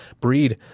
breed